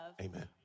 Amen